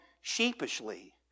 sheepishly